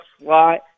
slot